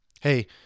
hey